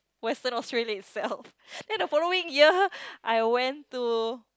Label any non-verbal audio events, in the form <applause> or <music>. western Australia itself <laughs> then the following year I went to